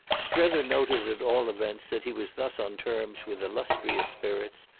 strether noted at all events that he was thus on terms with illustrious spirits,